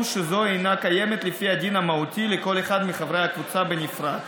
שזו אינה קיימת לפי הדין המהותי לכל אחד מחברי הקבוצה בנפרד.